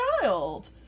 child